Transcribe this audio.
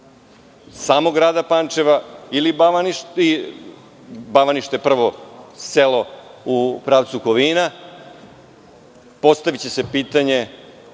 samog grada Pančeva, Bavanište je prvo selu u pravcu Kovina, postaviće se pitanje